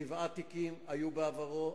שבעה תיקים היו בעברו,